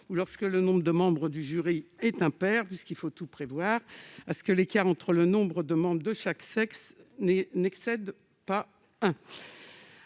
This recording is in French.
ou, lorsque le nombre de membres du jury est impair - il faut bien tout prévoir !-, à ce que l'écart entre le nombre de membres de chaque sexe ne soit pas